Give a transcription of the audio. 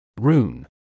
Rune